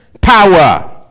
power